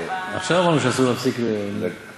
עכשיו קראנו שאסור להפסיק ממשנתו.